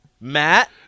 Matt